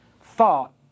thought